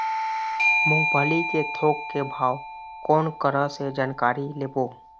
मूंगफली के थोक के भाव कोन करा से जानकारी लेबो?